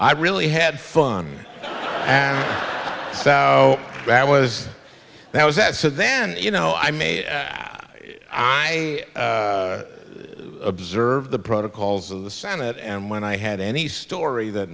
i really had fun and so that was that was that so then you know i made it i observe the protocols of the senate and when i had any story that